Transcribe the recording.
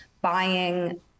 buying